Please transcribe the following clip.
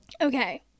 Okay